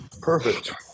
Perfect